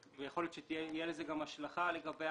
ויכול להיות שתהיה לזה גם השלכה לגבי